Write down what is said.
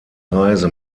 reise